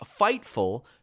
Fightful